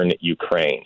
ukraine